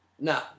No